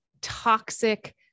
toxic